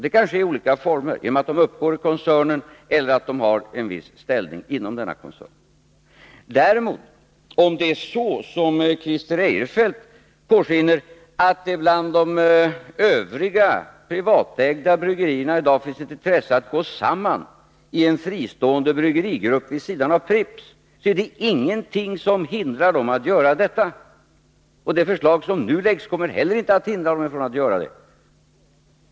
Det kan ske i olika former— genom att de uppgår i koncernen, eller genom att de har en viss ställning inom koncernen. Om det är så, som Christer Eirefelt påskiner, att det bland de övriga privatägda bryggerierna i dag finns intresse av att gå samman i en fristående bryggerigrupp vid sidan av Pripps, finns det ingenting som hindrar dem att göra detta. Det förslag som skall läggas fram kommer inte heller att göra det.